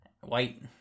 white